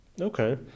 Okay